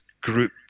group